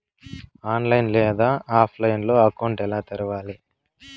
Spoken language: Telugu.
ఆన్లైన్ లేదా ఆఫ్లైన్లో అకౌంట్ ఎలా తెరవాలి